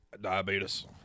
Diabetes